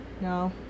No